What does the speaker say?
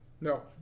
No